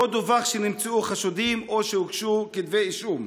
לא דֻווח שנמצאו חשודים או הוגשו כתבי אישום.